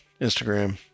instagram